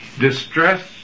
distress